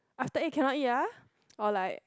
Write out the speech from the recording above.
after eight cannot eat ah or like